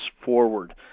forward